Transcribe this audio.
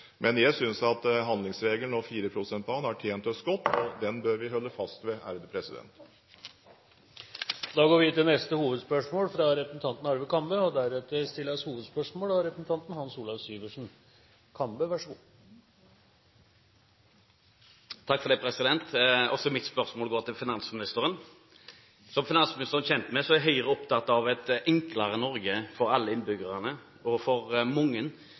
Men jeg synes at handlingsregelen og 4 pst.-banen har tjent oss godt, og den bør vi holde fast ved. Vi går til neste hovedspørsmål. Også mitt spørsmål går til finansministeren. Som finansministeren er kjent med, er Høyre opptatt av et enklere Norge for alle innbyggerne, og mange i dag trenger advokat og revisor for å betale korrekte skatter og avgifter. Arveavgiften er et godt eksempel på det. Mange ressurssterke mennesker i Norge bruker i dag nettopp advokater og revisorer for